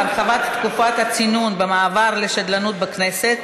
הרחבת תקופת הצינון במעבר לשדלנות בכנסת),